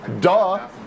Duh